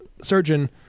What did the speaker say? surgeon